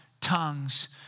tongues